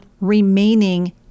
remaining